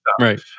Right